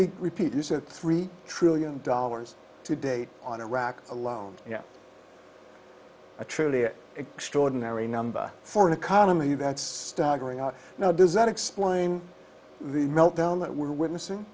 me repeat you said three trillion dollars to date on iraq alone a truly extraordinary number for an economy that's staggering out now does that explain the meltdown that we're witnessing